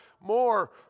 more